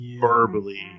Verbally